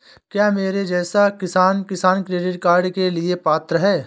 क्या मेरे जैसा किसान किसान क्रेडिट कार्ड के लिए पात्र है?